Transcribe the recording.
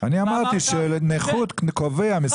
ואמרת --- אני אמרתי שמשרד הביטחון קובע נכות.